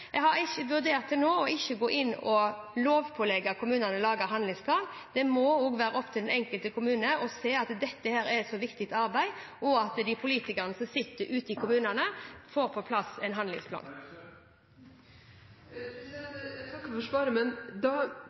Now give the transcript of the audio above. jeg har til nå ikke vurdert å gå inn og lovpålegge kommunene å lage handlingsplaner. Det må også være opp til den enkelte kommune å se at dette er et viktig arbeid, og at politikerne som sitter ute i kommunene, får på plass en handlingsplan. Jeg takker for svaret. Da